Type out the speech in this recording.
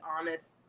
honest